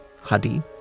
Hadi